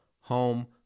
home